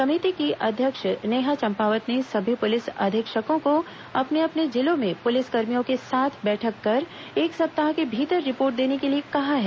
समिति की अ ध्यक्ष नेहा चंपावत ने सभी पुलिस अधीक्षकों को अपने अपने जिलों में पुलिस क र्रिमयों के साथ बैठक कर एक सप्ताह के भीतर रिपोर्ट देने के लिए कहा है